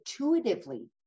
intuitively